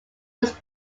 was